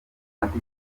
mateka